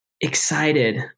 excited